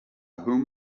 whom